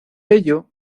ello